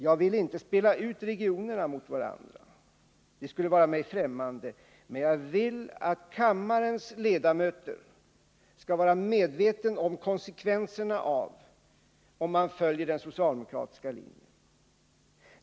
Jag vill inte spela ut regionerna mot varandra — det skulle vara mig främmande — men jag vill att kammarens ledamöter skall vara medvetna om konsekvenserna av att följa den socialdemokratiska linjen.